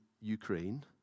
Ukraine